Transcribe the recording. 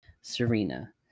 Serena